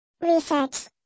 Research